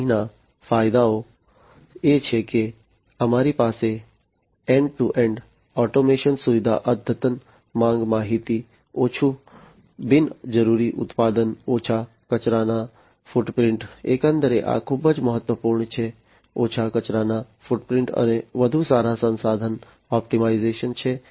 અહીંના ફાયદા એ છે કે અમારી પાસે એન્ડ ટુ એન્ડઓટોમેશનસુવિધા અદ્યતન માંગ માહિતી ઓછું બિન જરૂરી ઉત્પાદન ઓછા કચરાના ફૂટપ્રિન્ટ એકંદરે આ ખૂબ જ મહત્વપૂર્ણ છે ઓછા કચરાના ફૂટપ્રિન્ટઅને વધુ સારા સંસાધન ઑપ્ટિમાઇઝેશન છે